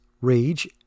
rage